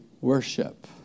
worship